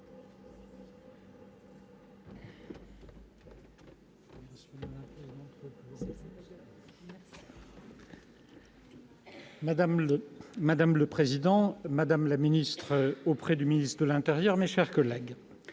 madame la ministre auprès du ministre de l'intérieur, mes chers collègues,